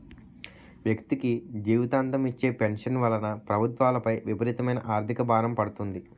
వ్యక్తికి జీవితాంతం ఇచ్చే పెన్షన్ వలన ప్రభుత్వాలపై విపరీతమైన ఆర్థిక భారం పడుతుంది